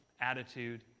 attitude